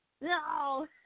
No